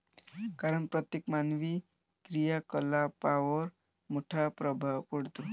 कारण प्रत्येक मानवी क्रियाकलापांवर मोठा प्रभाव पडतो